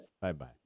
bye-bye